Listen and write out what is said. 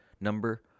number